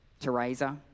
Teresa